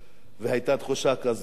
והיתה תחושה כזאת,